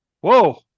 Whoa